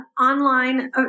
online